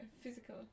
physical